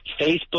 Facebook